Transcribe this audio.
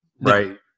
Right